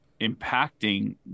impacting